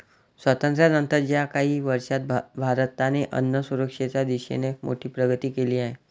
स्वातंत्र्यानंतर च्या काही वर्षांत भारताने अन्नसुरक्षेच्या दिशेने मोठी प्रगती केली आहे